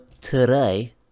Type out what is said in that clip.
today